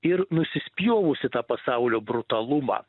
ir nusispjovus į tą pasaulio brutalumą